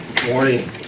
morning